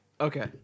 Okay